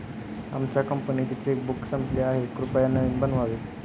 आमच्या कंपनीचे चेकबुक संपले आहे, कृपया नवीन बनवावे